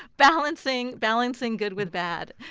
balancing balancing good with bad